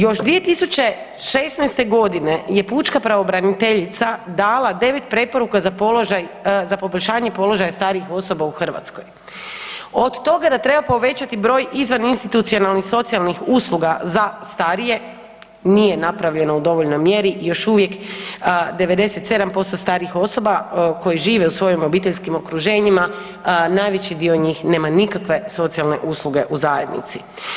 Još 2016. godine je Pučka pravobraniteljica dala 9 preporuka za poboljšanje položaja starijih osoba u Hrvatskoj, od toga da treba povećati broj izvaninstitucionalnih socijalnih usluga za starije, nije napravljeno u dovoljnoj mjeri, još uvijek 97% starijih osoba koje žive u svojim obiteljskim okruženjima najveći dio njih nema nikakve socijalne usluge u zajednici.